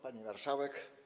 Pani Marszałek!